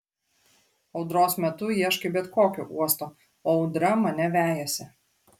audros metu ieškai bet kokio uosto o audra mane vejasi